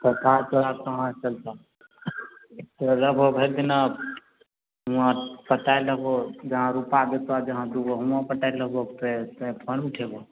सरकार तोरासँ कहाँ चलतऽ लेबहो भरि दिना उहाँ सटाइ लेबहो जहाँ रुपा देतऽ जहाँ दुगो उहोँ सटाइ लेबहो फेर से फोन उठेबहो